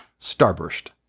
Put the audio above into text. Starburst